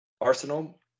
Arsenal